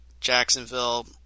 Jacksonville